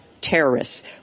terrorists